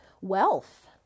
wealth